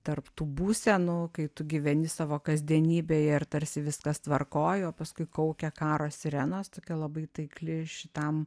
tarp tų būsenų kai tu gyveni savo kasdienybėje ir tarsi viskas tvarkoj o paskui kaukia karo sirenos tokia labai taikli šitam